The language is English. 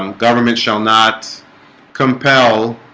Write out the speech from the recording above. um government shall not compel